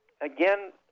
again